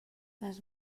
les